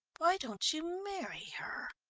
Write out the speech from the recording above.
why don't you marry her?